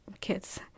kids